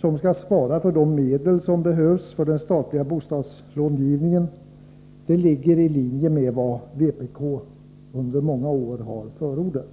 som skall svara för de medel som behövs för den statliga bostadslångivningen, ligger i linje med vad vpk under många år har förordat.